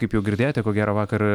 kaip jau girdėjote ko gero vakar